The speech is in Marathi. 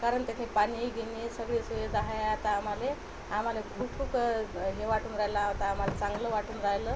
कारण तेथे पाणी गिणी सगळी सुविधा आहे आता आम्हाले आम्हाला खूप खूप हे वाटून राहिलं आता आम्हाला चांगलं वाटून राहिलं